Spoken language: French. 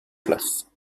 place